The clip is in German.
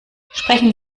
sprechen